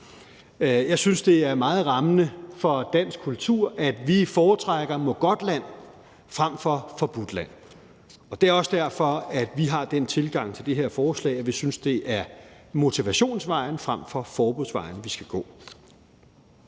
Jeg synes, det er meget rammende for dansk kultur, at vi foretrækker Mågodtland frem for Forbudtland. Og det er også derfor, at vi har den tilgang til det her forslag, at vi synes, det er motivationsvejen frem for forbudsvejen, man skal gå.